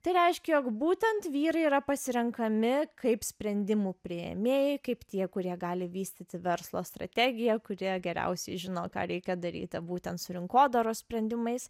tai reiškia jog būtent vyrai yra pasirenkami kaip sprendimų priėmėjai kaip tie kurie gali vystyti verslo strategiją kurie geriausiai žino ką reikia daryti būtent su rinkodaros sprendimais